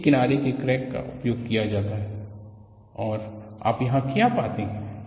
तो एक किनारे के क्रैक का उपयोग किया जाता है और आप यहां क्या पाते हैं